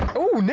oh, neat!